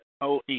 OE